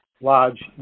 large